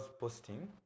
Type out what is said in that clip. posting